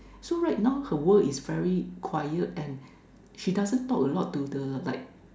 so right now her world is very quiet and she doesn't talk a lot to the like